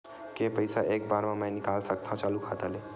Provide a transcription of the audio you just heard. के पईसा एक बार मा मैं निकाल सकथव चालू खाता ले?